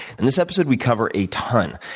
in this episode, we cover a ton.